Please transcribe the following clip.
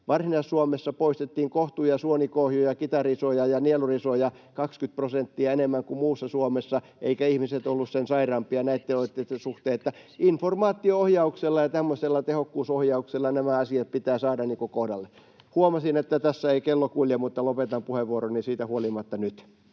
Varsinais-Suomessa poistettiin kohtuja, suonikohjuja, kitarisoja ja nielurisoja 20 prosenttia enemmän kuin muussa Suomessa eivätkä ihmiset olleet sen sairaampia näitten suhteen. Informaatio-ohjauksella ja tämmöisellä tehokkuusohjauksella nämä asiat pitää saada kohdalleen. Huomasin, että tässä ei kello kulje, mutta lopetan puheenvuoroni siitä huolimatta nyt.